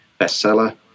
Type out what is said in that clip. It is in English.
bestseller